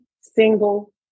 single